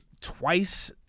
twice